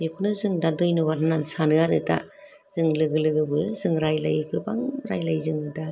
बेखौनो जों दा धन्यबाद होननानै सानो आरो दा जों लोगो लोगोबो जों रायलायो गोबां रायलायो जों दा